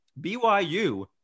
BYU